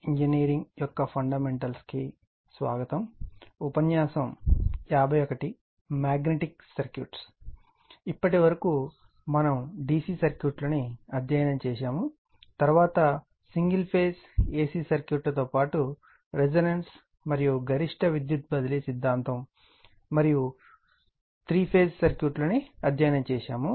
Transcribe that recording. ఇప్పటివరకు మనం DC సర్క్యూట్లని అధ్యయనం చేశాము తరువాత సింగిల్ ఫేజ్ AC సర్క్యూట్ల తో పాటు రెసోనెన్స్ మరియు గరిష్ట విద్యుత్ బదిలీ సిద్ధాంతం మరియు 3 ఫేజ్ సర్క్యూట్లను అధ్యయనం చేస్తాము